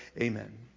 Amen